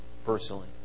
personally